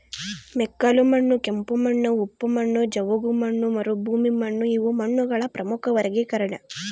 ಮೆಕ್ಕಲುಮಣ್ಣು ಕೆಂಪುಮಣ್ಣು ಉಪ್ಪು ಮಣ್ಣು ಜವುಗುಮಣ್ಣು ಮರುಭೂಮಿಮಣ್ಣುಇವು ಮಣ್ಣುಗಳ ಪ್ರಮುಖ ವರ್ಗೀಕರಣ